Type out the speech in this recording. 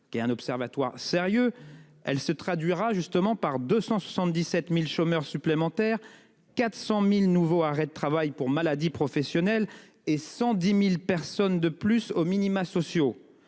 qui est un observatoire sérieux. Elle se traduira justement par 277.000 chômeurs supplémentaires. 400.000 nouveaux arrêts de travail pour maladie professionnelle et 110.000 personnes de plus aux minima sociaux.